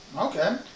Okay